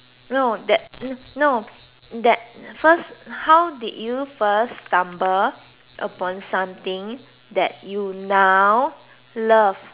no that hmm no that first how did you first stumble upon something that you now love